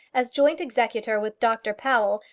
as joint executor with dr powell,